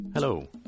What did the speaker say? Hello